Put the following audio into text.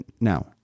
Now